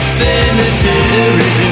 cemetery